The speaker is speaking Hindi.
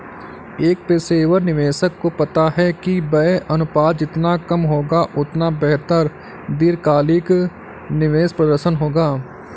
एक पेशेवर निवेशक को पता है कि व्यय अनुपात जितना कम होगा, उतना बेहतर दीर्घकालिक निवेश प्रदर्शन होगा